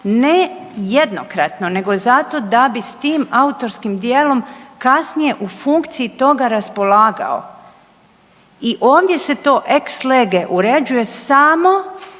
ne jednokratno, nego zato da bi s tim autorskim djelom kasnije u funkciji toga raspolagao i ovdje se to ex lege uređuje samo